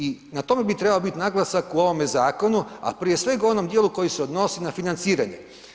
I na tome bi trebao biti naglasak u ovome zakonu ali prije svega u onom dijelu koji se odnosi na financiranje.